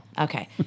Okay